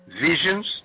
Visions